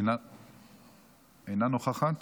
אינה נוכחת.